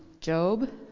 Job